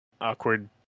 awkward